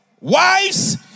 wives